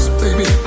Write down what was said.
baby